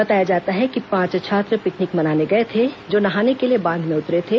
बताया जाता है कि पांच छात्र पिकनिक मनाने गए थे जो नहाने के लिए बांध में उतरे थे